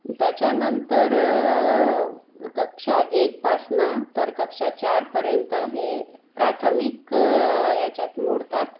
त्याच्यानंतर कक्षा एकपासून तर कक्षा चारपर्यंत हे प्राथमिक याच्यात मोडतात